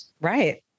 Right